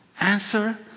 answer